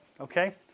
okay